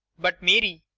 but mary,